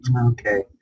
Okay